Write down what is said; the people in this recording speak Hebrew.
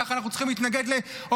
כך אנחנו צריכים להתנגד להומופובים,